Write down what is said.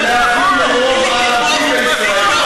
להביא לרוב ערבי בישראל.